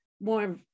more